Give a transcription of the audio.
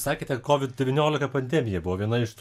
sakėte covid devyniokika pandemija buvo viena iš tų